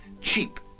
cheap